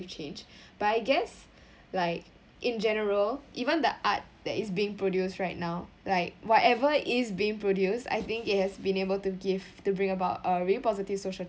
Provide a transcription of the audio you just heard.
change but I guess like in general even the art that is being produced right now like whatever is being produced I think it has been able to give to bring about uh real positive social